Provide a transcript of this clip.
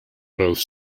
both